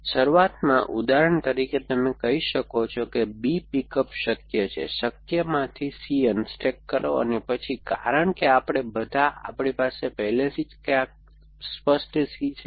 તેથી શરૂઆતમાં ઉદાહરણ તરીકે તમે કહી શકો છો કે B પિક અપ શક્ય છે શક્યમાંથી C અનસ્ટૅક કરો અને પછી કારણ કે આપણે બધા આપણી પાસે પહેલેથી જ ક્યાંક સ્પષ્ટ C છે